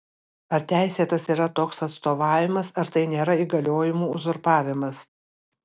ar teisėtas yra toks atstovavimas ar tai nėra įgaliojimų uzurpavimas